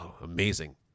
amazing